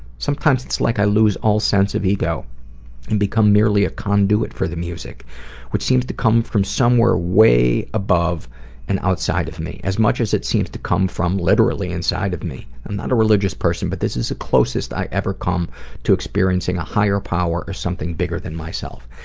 sometimes it's like i lose all sense of ego and become merely a conduit for the music which seemed to come from somewhere way above and outside of me, as much as it seemed to come from literally inside of me. i'm not a religious person but this is the closest i ever come to experiencing a higher power or something bigger than myself.